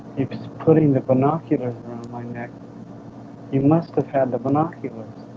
putting the binoculars like neck he must have had the binoculars